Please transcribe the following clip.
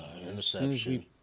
interception